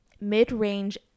Mid-range